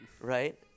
right